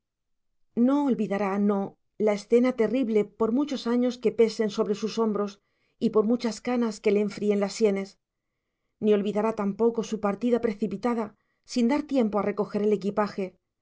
no olvidará no la escena terrible por muchos años que pesen sobre sus hombros y por muchas canas que le enfríen las sienes ni olvidará tampoco su partida precipitada sin dar tiempo a recoger el equipaje